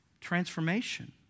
Transformation